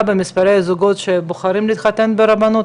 במספר הזוגות שבוחרים להתחתן ברבנות,